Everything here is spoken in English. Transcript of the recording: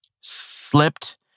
slipped